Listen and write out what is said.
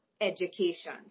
education